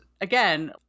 again